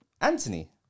anthony